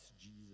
Jesus